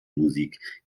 musik